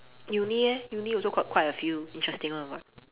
uni eh uni also got quite a few interesting one [what]